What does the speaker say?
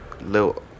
little